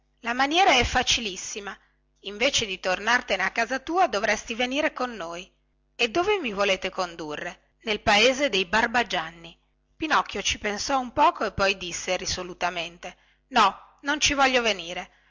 la maniera è facilissima invece di tornartene a casa tua dovresti venire con noi e dove mi volete condurre nel paese dei barbagianni pinocchio ci pensò un poco e poi disse risolutamente no non ci voglio venire